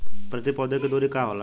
प्रति पौधे के दूरी का होला?